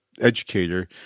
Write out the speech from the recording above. educator